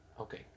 Okay